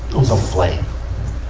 it was a flame.